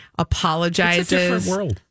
apologizes